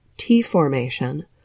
T-formation